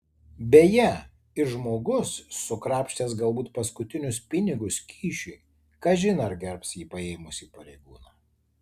beje ir žmogus sukrapštęs galbūt paskutinius pinigus kyšiui kažin ar gerbs jį paėmusį pareigūną